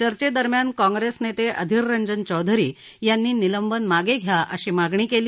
चर्चे दरम्यान काँग्रेसनेते अधिररंजन चौधरी यांनी निलंबन मागे घ्या अशी मागणी केली